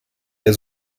der